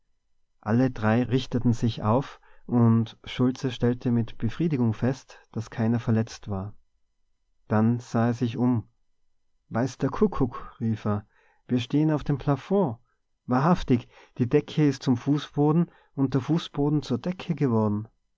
alle drei richteten sich auf und schultze stellte mit befriedigung fest daß keiner verletzt war dann sah er sich um weiß der kuckuck rief er wir stehen auf dem plafond wahrhaftig die decke ist zum fußboden und der fußboden zur decke geworden